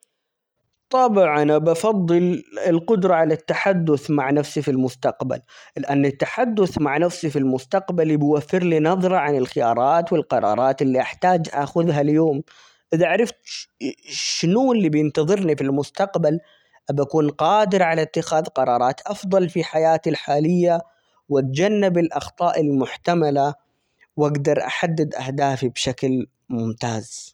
طبعا بفضل القدرة على التحدث مع نفسي في المستقبل؛ لأن التحدث مع نفسي في المستقبل بيوفر لي نظرة عن الخيارات والقرارات اللي أحتاج آخذها اليوم إذا عرفت -ش-شنو اللي بينتظرني في المستقبل؟ بكون قادر على إتخاذ قرارات أفضل في حياتي الحالية ،وأتجنب الأخطاء المحتملة، وأقدر أحدد أهدافي بشكل ممتاز.